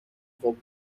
خوب